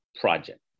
project